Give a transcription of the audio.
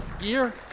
year